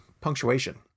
punctuation